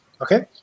okay